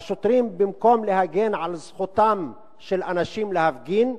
והשוטרים, במקום להגן על זכותם של אנשים להפגין,